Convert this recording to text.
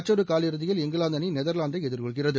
மற்றொரு காலிறுதியில் இங்கிலாந்து அணி நெதர்லாந்தை எதிர்கொள்கிறது